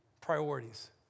priorities